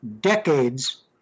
decades